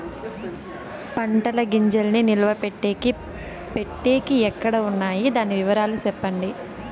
పంటల గింజల్ని నిలువ పెట్టేకి పెట్టేకి ఎక్కడ వున్నాయి? దాని వివరాలు సెప్పండి?